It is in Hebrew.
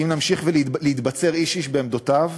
כי אם נמשיך להתבצר איש-איש בעמדותיו,